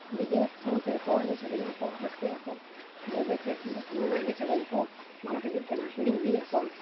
DJ sound ᱛᱮᱜᱮᱠᱚ ᱮᱱᱮᱡ ᱥᱮᱨᱮᱧᱮᱜ ᱟᱠᱚ ᱨᱟᱹᱥᱠᱟᱹᱭᱮᱜ ᱟᱠᱚ ᱵᱟᱹᱭ ᱵᱟᱹᱭᱛᱮ ᱛᱩᱢᱫᱟᱜ ᱴᱟᱢᱟᱠ ᱨᱮᱱᱟᱜ ᱮᱱᱮᱡ ᱥᱮᱨᱮᱧ ᱠᱚ ᱢᱟᱞᱚᱴ ᱤᱫᱤᱜ ᱠᱟᱱᱟ ᱦᱤᱲᱤᱧ ᱤᱫᱤᱭᱮᱜ ᱟᱠᱚ